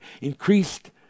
increased